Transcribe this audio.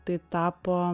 tai tapo